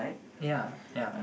ya ya